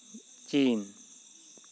ᱪᱤᱱ